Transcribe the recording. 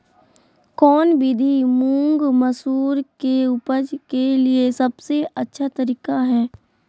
कौन विधि मुंग, मसूर के उपज के लिए सबसे अच्छा तरीका है?